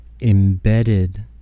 embedded